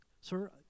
sir